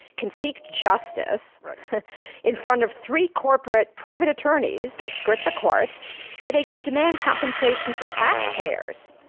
can seek justice in front of three corporate private attorneys, they skirt the courts where they can demand compensation from taxpayers.